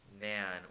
man